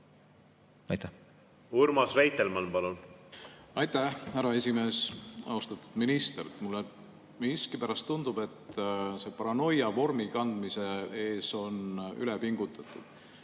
Urmas Reitelmann, palun! Aitäh, härra esimees! Austatud minister! Mulle miskipärast tundub, et see paranoia vormi kandmise suhtes on ülepingutatud.